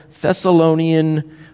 Thessalonian